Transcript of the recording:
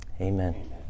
Amen